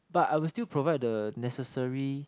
but I will still provide the necessary